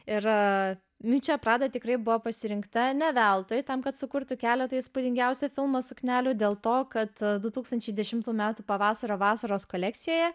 ir miučia prada tikrai buvo pasirinkta ne veltui tam kad sukurtų keletą įspūdingiausių filmo suknelių dėl to kad du tūkstančiai dešimtų metų pavasario vasaros kolekcijoje